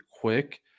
quick